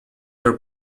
your